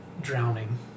Drowning